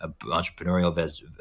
entrepreneurial